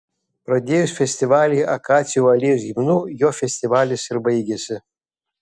pradėjus festivalį akacijų alėjos himnu juo festivalis ir baigėsi